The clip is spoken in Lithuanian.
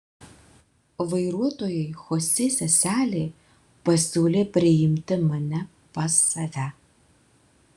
vairuotojui chosė seselė pasiūlė priimti mane pas save